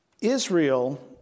Israel